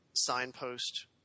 signpost